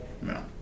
no